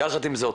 יחד עם זאת,